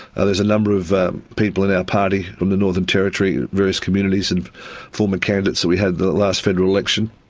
ah there's a number of people in our party from the northern territory, various communities, and former candidates that we had in the last federal election.